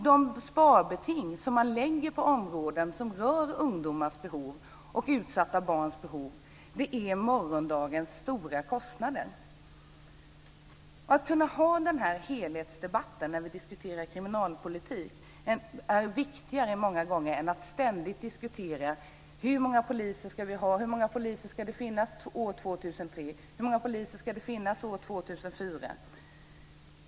De sparbeting som man lägger på områden som rör ungdomars och utsatta barns behov är morgondagens stora kostnader. Att kunna föra en debatt om helheten när vi diskuterar kriminalpolitik är många gånger viktigare än att ständigt diskutera hur många poliser vi ska, hur många poliser det ska finnas år 2003 och år 2004.